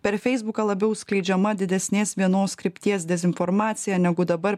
per feisbuką labiau skleidžiama didesnės vienos krypties dezinformacija negu dabar